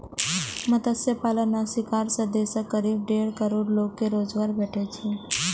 मत्स्य पालन आ शिकार सं देशक करीब डेढ़ करोड़ लोग कें रोजगार भेटै छै